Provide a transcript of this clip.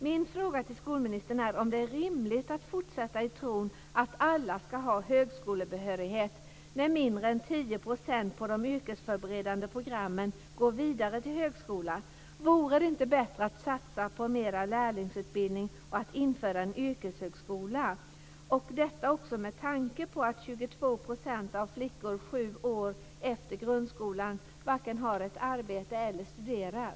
Min fråga till skolministern är om det är rimligt att fortsätta i tron att alla ska ha högskolebehörighet, när mindre än 10 % på de yrkesförberedande programmen går vidare till högskola. Vore det inte bättre att satsa mera på lärlingsutbildning och att införa en yrkeshögskola, detta också med tanke på att 22 % av flickorna sju år efter grundskolan varken har ett arbete eller studerar?